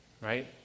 right